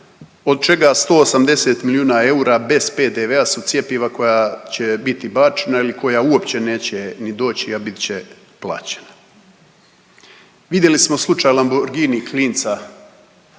od čega 180 milijuna bez PDV-a su cjepiva koja će biti bačena ili koja uopće neće ni doći, a bit će plaćena. Vidjeli smo slučaj Lamborgini klinca